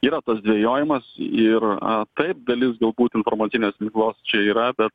yra tas dvejojimas ir taip dalis galbūt informacinės miglos čia yra bet